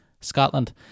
scotland